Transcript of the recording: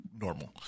normal